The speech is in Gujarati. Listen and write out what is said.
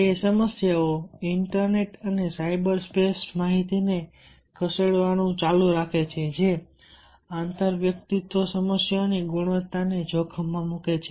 તે સમસ્યાઓ ઈન્ટરનેટ અને સાયબર સ્પેસ માહિતી ને ખસેડવાનું ચાલુ રાખે છે જે આંતરવ્યક્તિત્વ સમસ્યાઓની ગુણવત્તાને જોખમમાં મૂકે છે